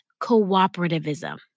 cooperativism